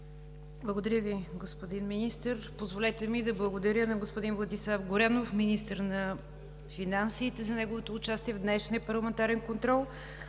Благодаря Ви, господин Министър. Позволете ми да благодаря на господин Владислав Горанов – министър на финансите, за неговото участие в днешния парламентарен контрол.